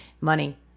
Money